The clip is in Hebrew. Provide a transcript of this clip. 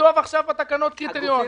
שתכתוב בתקנות קריטריון.